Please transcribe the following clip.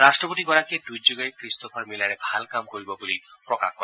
ৰাষ্ট্ৰপতি গৰাকীয়ে টুইটযোগে ক্ৰিষ্টোফাৰ মিলাৰে ভাল কাম কৰিব বুলি প্ৰকাশ কৰে